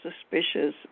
suspicious